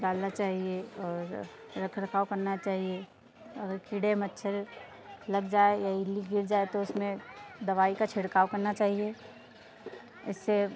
डालना चाहिए और रख रखाव करना चाहिए अगर कीड़े मच्छर लग जाए या गिर जाए तो उसमें दवाई का छिड़काव करना चाहिए इससे